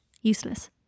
useless